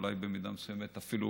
ואולי במידה מסוימת אפילו